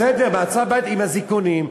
במעצר עד תום ההליכים.